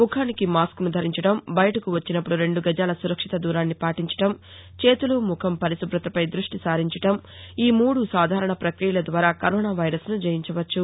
ముఖానికి మాస్కును ధరించడం బయటకు వచ్చినప్పుడు రెండు గజాల సురక్షిత దూరాన్ని పాటించడం చేతులు ముఖం పరిశుభ్రతపై దృష్టి సారించడంఈ మూడు సాధారణ ప్రక్రియల ద్వారా కరోనా వైరస్ను జయించవచ్చు